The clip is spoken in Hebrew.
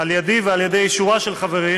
על ידי ועל ידי שורה של חברים,